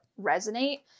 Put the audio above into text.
resonate